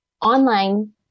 online